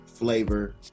Flavor